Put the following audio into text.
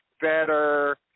better